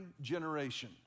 generation